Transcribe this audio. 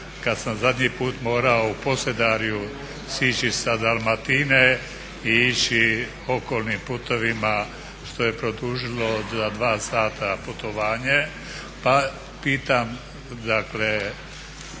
kada sam zadnji put morao u Posedarju siđi sa Dalmatine i ići okolnim putevima što je produžilo za 2 sata putovanje. Pa pitam, dakle